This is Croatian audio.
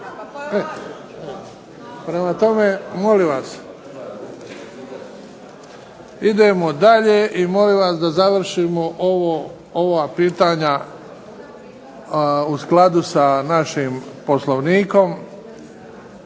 Prema tome, molim vas. Idemo dalje i molim vas da završimo ova pitanja u skladu sa našim Poslovnikom.